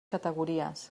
categories